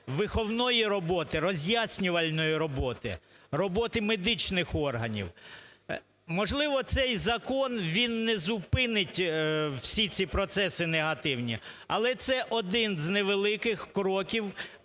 виховної роботи, роз'яснювальної роботи, роботи медичних органів. Можливо, цей закон, він не зупинить всі ці процеси негативні. Але це один з невеликих кроків,